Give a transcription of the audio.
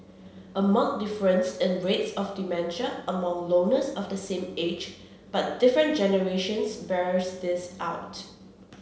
a marked difference in rates of dementia among loners of the same age but different generations bears this out